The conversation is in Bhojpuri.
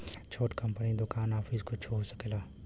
छोट कंपनी दुकान आफिस कुच्छो हो सकेला